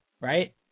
right